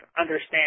understand